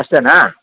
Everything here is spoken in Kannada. ಅಷ್ಟೆಯೇ